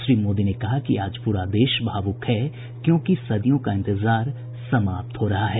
श्री मोदी ने कहा कि आज पूरा देश भावुक है क्योंकि सदियों का इंतजार समाप्त हो रहा है